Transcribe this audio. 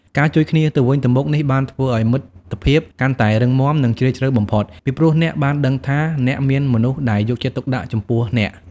ការជួយគ្នាទៅវិញទៅមកនេះបានធ្វើឱ្យមិត្តភាពកាន់តែរឹងមាំនិងជ្រាលជ្រៅបំផុត ពីព្រោះអ្នកបានដឹងថា អ្នកមានមនុស្សដែលយកចិត្តទុកដាក់ចំពោះអ្នក។